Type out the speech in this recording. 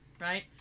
right